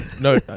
No